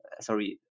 sorry